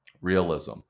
realism